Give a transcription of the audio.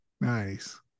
nice